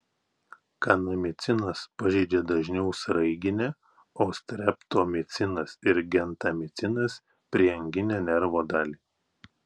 kanamicinas pažeidžia dažniau sraiginę o streptomicinas ir gentamicinas prieanginę nervo dalį